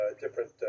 different